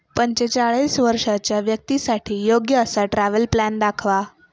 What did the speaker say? पंचेचाळीस वर्षांच्या व्यक्तींसाठी योग्य असा ट्रॅव्हल प्लॅन दाखवा